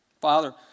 Father